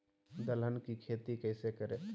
दलहन की खेती कैसे करें?